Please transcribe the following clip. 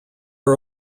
are